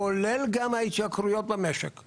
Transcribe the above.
כולל גם ההתייקרויות במשק,